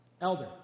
Elder